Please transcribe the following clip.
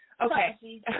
okay